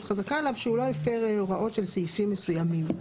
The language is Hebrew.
אז חזקה עליו שהוא לא הפר הוראות של סעיפים מסוימים.